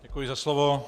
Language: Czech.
Děkuji za slovo.